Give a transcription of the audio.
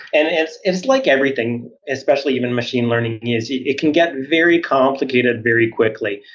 and it's it's like everything, especially even machine learning is it it can get very complicated very quickly,